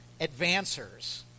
advancers